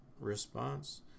Response